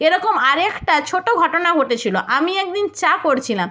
এরকম আরেকটা ছোটো ঘটনা ঘটেছিলো আমি এক দিন চা করছিলাম